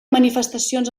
manifestacions